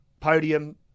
podium